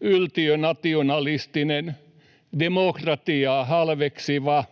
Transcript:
yltiönationalistinen demokratiaa halveksiva